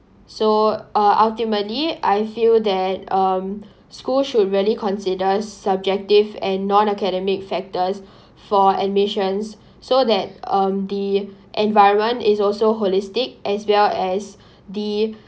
so uh ultimately I feel that um schools should really consider subjective and non academic factors for admissions so that um the environment is also holistic as well as the